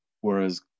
Whereas